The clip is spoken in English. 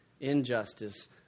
injustice